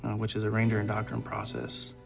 which is the ranger indoctrine process,